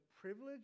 privilege